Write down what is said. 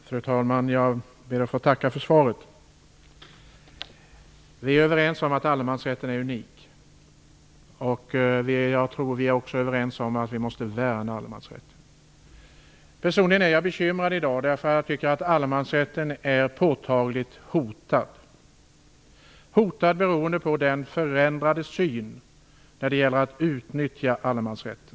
Fru talman! Jag ber att få tacka för svaret. Vi är överens om att allemansrätten är unik. Jag tror också vi är överens om att vi måste värna allemansrätten. Personligen är jag bekymrad i dag - jag tycker att allemansrätten är påtagligt hotad, beroende på den förändrade synen när det gäller utnyttjandet av allemansrätten.